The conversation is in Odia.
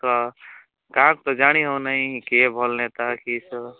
ତ କାହାକୁ ତ ଜାଣି ହେଉନାଇଁ କିଏ ଭଲ୍ ନେତା କିଏ ଚୋର